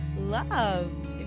love